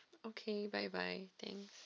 okay bye bye thank